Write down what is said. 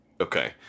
okay